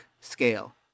scale